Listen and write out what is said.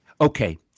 Okay